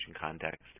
context